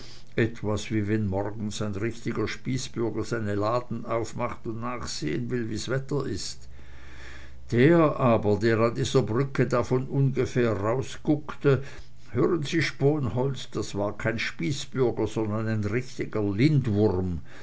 etwa wie wenn morgens ein richtiger spießbürger seine laden aufmacht und nachsehen will wie's wetter ist der aber der an dieser brücke da von ungefähr rauskuckte hören sie sponholz das war kein spießbürger sondern ein richt'ger lindwurm